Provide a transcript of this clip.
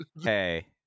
hey